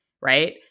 Right